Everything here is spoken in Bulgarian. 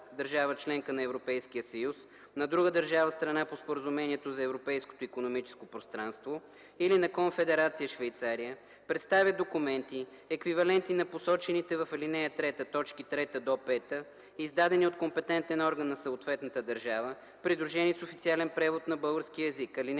държава – членка на Европейския съюз, на друга държава – страна по Споразумението за Европейското икономическо пространство, или на Конфедерация Швейцария представят документи, еквивалентни на посочените в ал. 3, т. 3-5, издадени от компетентен орган на съответната държава, придружени с официален превод на български език.